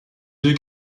deux